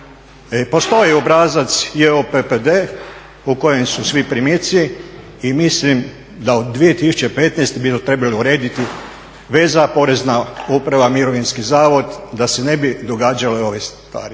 Postoji obrazac JOPPD u kojem su svi primici i mislim da bi od 2015.trebali urediti veza Porezna uprava-Mirovinski zavod da se ne bi događale ove stvari.